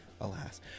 alas